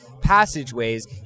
passageways